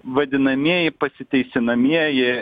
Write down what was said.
vadinamieji pasiteisinamieji